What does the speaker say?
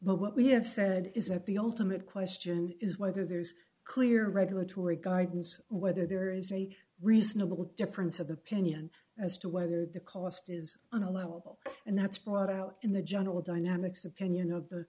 but what we have said is that the ultimate question is whether there's clear regulatory guidance or whether there is a reasonable difference of opinion as to whether the cost is on a level and that's brought out in the general dynamics opinion of the